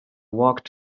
walked